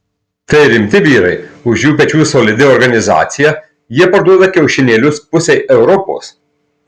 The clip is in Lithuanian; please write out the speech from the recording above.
tai rimti vyrai už jų pečių solidi organizacija jie parduoda kiaušinėlius pusei europos